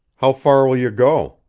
how far will you go?